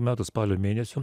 metų spalio mėnesio